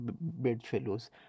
bedfellows